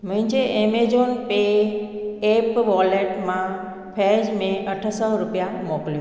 मुंहिंजे Amazon pay app wallet मां फैज में अठ सौ रुपिया मोकिलियो